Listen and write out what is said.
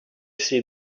see